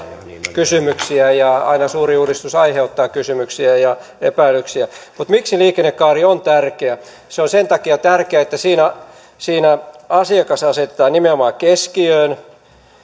kysymyksiä ja aina suuri uudistus aiheuttaa kysymyksiä ja ja epäilyksiä mutta miksi liikennekaari on tärkeä se on sen takia tärkeä että siinä siinä asiakas asetetaan nimenomaan keskiöön